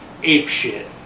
apeshit